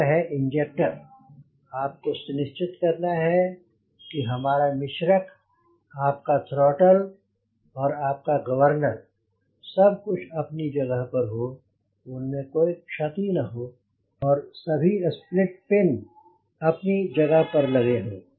यह है इंजेक्टर आपको यह सुनिश्चित करना है कि हमारा मिश्रक आपका थ्रोटल और आपका गवर्नर सब कुछ अपनी जगह पर हो उनमे कोई क्षति न हो और सभी स्प्लिट फिन अपनी जगह पर लगे हों